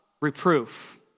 reproof